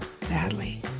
badly